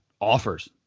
offers